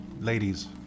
ladies